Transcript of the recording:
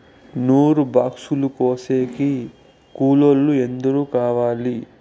నూరు బాక్సులు కోసేకి కూలోల్లు ఎందరు కావాలి?